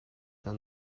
dah